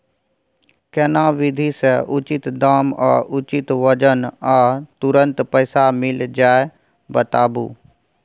केना विधी से उचित दाम आ उचित वजन आ तुरंत पैसा मिल जाय बताबू?